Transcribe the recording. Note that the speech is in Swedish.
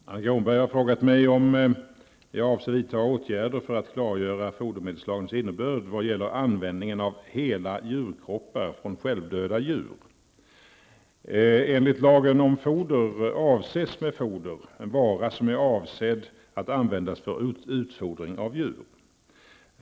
Fru talman! Annika Åhnberg har frågat mig om jag avser vidta åtgärder för att klargöra fodermedelslagens innebörd vad gäller användningen av hela djurkroppar från självdöda djur. Enligt lagen om foder avses med foder en vara som är avsedd att användas för utfodring av djur.